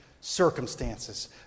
circumstances